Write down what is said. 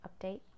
update